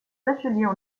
bachelier